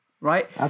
right